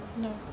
No